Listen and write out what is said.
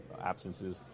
absences